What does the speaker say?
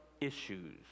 issues